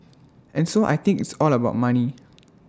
and so I think it's all about money